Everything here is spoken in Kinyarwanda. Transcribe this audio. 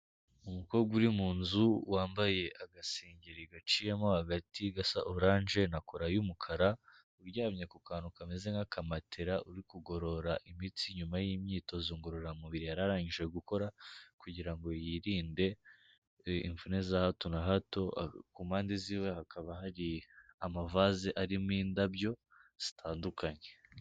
Umukobwa uri mu nzu, wambaye agasengeri gaciyemo hagati, gasa oranje, na kora y'umukara, uryamye ku kantu kameze nk'aka matera, uri kugorora imitsi inyuma y'imyitozo ngororamubiri yari arangije gukora, kugira ngo yirinde imvune za hato na hato, ku mpande z'iwe hakaba hari amavase arimo indabyo zitandukanye.